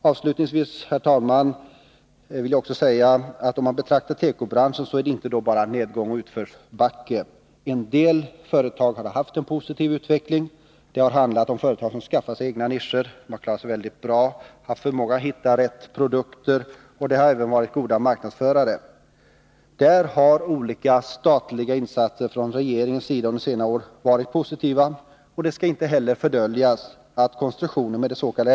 Avslutningsvis, herr talman, vill jag också säga att när man betraktar tekobranschen finner man att det inte bara är nedgång och utförsbacke. En del företag har haft en positiv utveckling. Det har handlat om företag som har skaffat sig egna ”nischer”. De har klarat sig mycket bra, de har haft förmåga att hitta rätt produkter och de har även varit goda marknadsförare. Där har olika statliga insatser från regeringens sida under senare år varit positiva, och det skall heller inte fördöljas att konstruktionen med dets.k.